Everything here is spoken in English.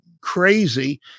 crazy